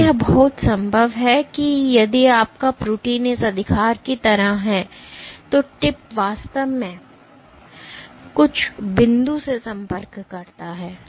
क्योंकि यह बहुत संभव है यदि आपका प्रोटीन इस अधिकार की तरह है तो टिप वास्तव में बीच में कुछ बिंदु से संपर्क करता है